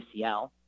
ACL